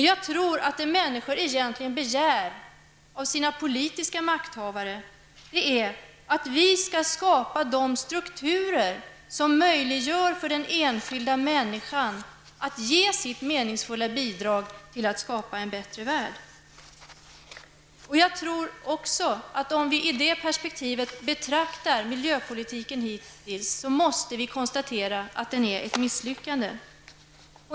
Jag tror att det som människor egentligen begär av sina politiska makthavare är att makthavarna skall åstadkomma de strukturer som möjliggör för den enskilda människan att ge ett meningsfullt bidrag till skapandet av en bättre värld. Om vi betraktar den hittills förda miljöpolitiken i det perspektivet, måste vi konstatera att den är ett misslyckande.